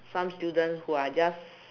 some student who are just